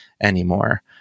anymore